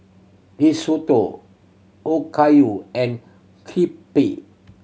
Risotto Okayu and Crepe